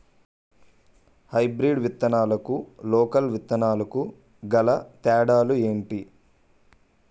Hybrid విత్తనాలకు local విత్తనాలకు గల తేడాలు ఏంటి?